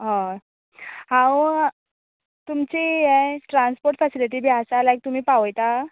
हय हांव तुमचे हें ट्रार्न्स्पोट फेसिलीटी बी आसा लायक तुमी पावयता